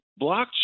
blockchain